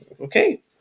Okay